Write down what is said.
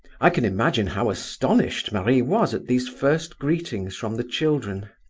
i can imagine how astonished marie was at these first greetings from the children.